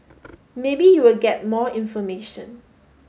maybe you will get more information